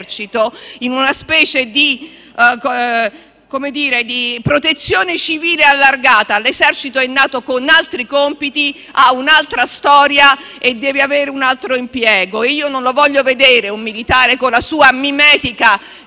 in una specie di Protezione civile allargata: l'esercito è nato con altri compiti, ha un'altra storia e deve avere un altro impiego. Io non voglio vedere un militare con la sua mimetica,